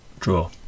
draw